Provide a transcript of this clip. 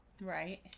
Right